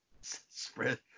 spread